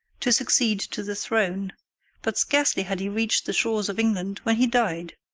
to succeed to the throne but scarcely had he reached the shores of england when he died,